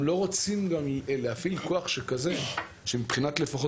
לא רוצים להפעיל אותו בתאי שטח שאין צורך.